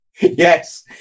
Yes